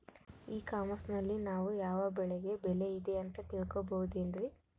E commerce ನಲ್ಲಿ ನಾವು ಯಾವ ಬೆಳೆಗೆ ಬೆಲೆ ಇದೆ ಅಂತ ತಿಳ್ಕೋ ಬಹುದೇನ್ರಿ?